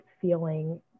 feeling